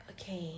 okay